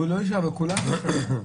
הוא לא --- כולם נשארים.